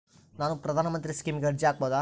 ನಾನು ಪ್ರಧಾನ ಮಂತ್ರಿ ಸ್ಕೇಮಿಗೆ ಅರ್ಜಿ ಹಾಕಬಹುದಾ?